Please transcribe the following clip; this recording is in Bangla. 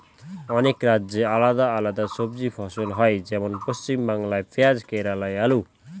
অনেক রাজ্যে আলাদা আলাদা সবজি ফসল হয়, যেমন পশ্চিমবাংলায় পেঁয়াজ কেরালায় আলু